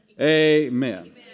Amen